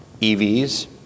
EVs